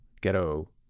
ghetto